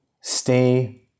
stay